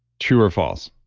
true or false?